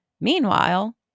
Meanwhile